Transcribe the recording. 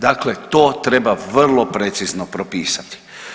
Dakle, to treba vrlo precizno propisati.